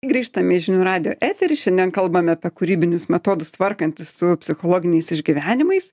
grįžtame į žinių radijo eterį šiandien kalbame apie kūrybinius metodus tvarkantis su psichologiniais išgyvenimais